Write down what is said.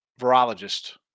virologist